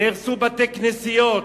ונהרסו בתי-כנסיות.